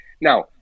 Now